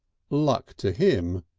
luck to him!